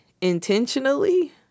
intentionally